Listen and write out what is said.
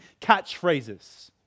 catchphrases